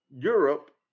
europe